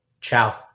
Ciao